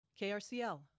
KRCL